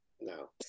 no